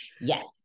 Yes